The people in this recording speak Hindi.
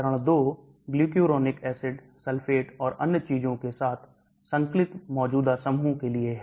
चरण 2 glucuronic acid sulfate और अन्य चीजों के साथ संकलित मौजूदा समूह के लिए है